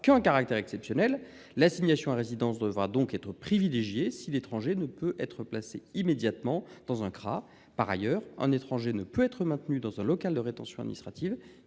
qu’un caractère exceptionnel. L’assignation à résidence devra donc être privilégiée si l’étranger ne peut être placé immédiatement dans un centre de rétention administrative. Par ailleurs, un étranger ne peut être maintenu dans un local de rétention administrative